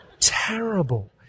Terrible